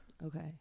Okay